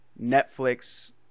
Netflix